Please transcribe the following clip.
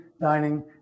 dining